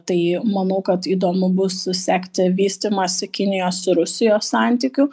tai manau kad įdomu bus susekti vystymąsi kinijos ir rusijos santykių